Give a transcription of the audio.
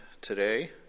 today